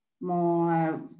more